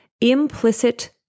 implicit